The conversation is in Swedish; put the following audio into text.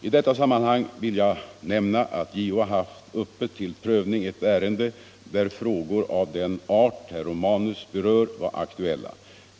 I detta sammanhang vill jag nämna att JO har haft uppe till prövning ett ärende där frågor av den art herr Romanus berör var aktuella.